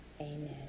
amen